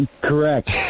Correct